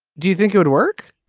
do you think it would work?